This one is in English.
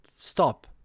Stop